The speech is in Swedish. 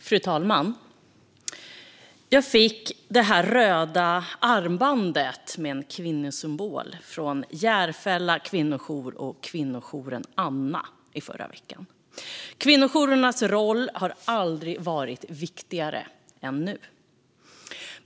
Fru talman! Jag fick det här röda armbandet med en kvinnosymbol från Järfälla kvinnojour och Kvinnojouren Anna i förra veckan. Kvinnojourernas roll har aldrig varit viktigare än nu.